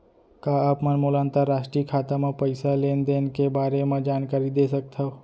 का आप मन मोला अंतरराष्ट्रीय खाता म पइसा लेन देन के बारे म जानकारी दे सकथव?